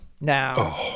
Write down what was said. now